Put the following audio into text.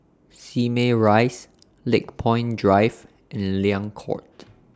Simei Rise Lakepoint Drive and Liang Court